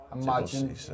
Imagine